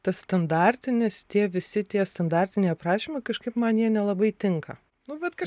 tas standartinis tie visi tie standartiniai aprašymai kažkaip man jie nelabai tinka nu vat kaž